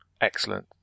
excellent